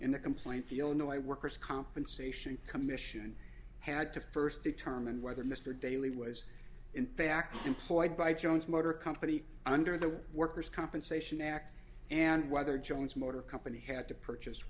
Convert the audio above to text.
in the complaint the illinois worker's compensation commission had to first determine whether mr daly was in fact employed by jones motor company under the workers compensation act and whether jones motor company had to purchase